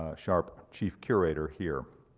ah sharp chief curator here.